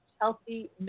Healthy